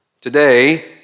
Today